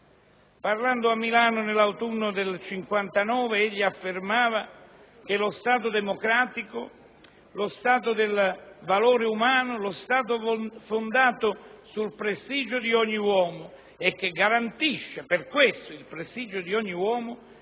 Parlando a Milano nell'autunno del 1959 egli affermava che lo Stato democratico, lo Stato del valore umano, lo Stato fondato sul prestigio di ogni uomo e che garantisce il prestigio di un uomo,